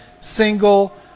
single